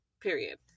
period